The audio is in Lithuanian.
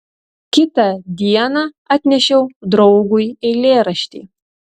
kitą dieną atnešiau draugui eilėraštį